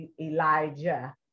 Elijah